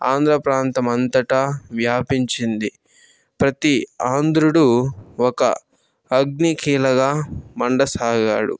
ఆంధ్ర ప్రాంతం అంతటా వ్యాపించింది ప్రతి ఆంధ్రుడు ఒక అగ్నికీలగా మండసాగాడు